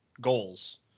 goals